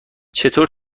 چطور